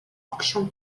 акчам